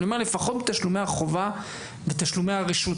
אני אומר לפחות בתשלומי החובה ובתשלומי הרשות,